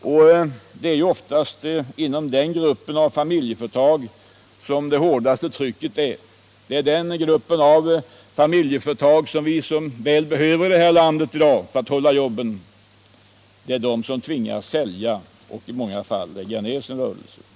Och det är ju oftast inom den gruppen av familjeföretag som det hårdaste trycket finns. Det är de familjeföretagen som vi så väl behöver i det här landet i dag för att jobben skall behållas, och det är de företagen som tvingas sälja eller i många fall lägga ned sin verksamhet.